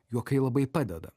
juokai labai padeda